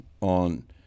on